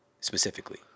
specifically